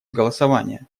голосования